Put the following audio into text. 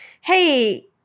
Hey